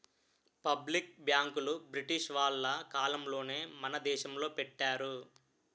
public బ్యాంకులు British వాళ్ళ కాలంలోనే మన దేశంలో పెట్టారు